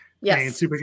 Yes